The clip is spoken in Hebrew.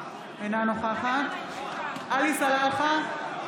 אינה נוכחת עלי סלאלחה,